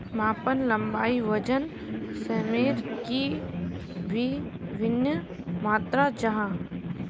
मापन लंबाई वजन सयमेर की वि भिन्न मात्र जाहा?